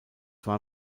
war